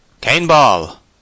Cane-ball